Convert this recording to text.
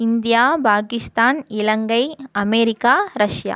India Pakistan Ilangai America Russia